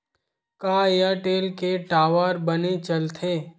का एयरटेल के टावर बने चलथे?